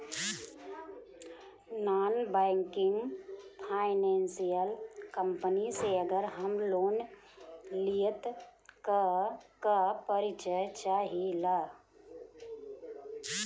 Non banking financial company से अगर हम लोन लि त का का परिचय चाहे ला?